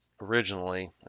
originally